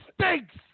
stinks